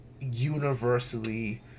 universally